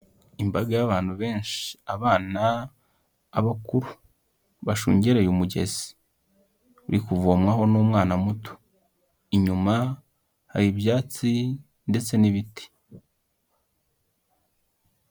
Imbaga y'abantu benshi; abana, abakuru. Bashungereye umugezi. Uri kuvomwaho n'umwana muto. Inyuma hari ibyatsi ndetse n'ibiti.